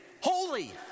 holy